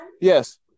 Yes